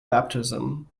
baptism